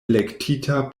elektita